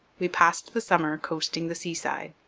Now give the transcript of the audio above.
we passed the summer coasting the seaside